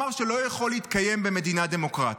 אמר שלא יכול להתקיים במדינה דמוקרטית.